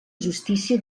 justícia